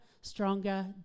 stronger